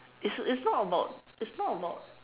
it's it's not about it's not about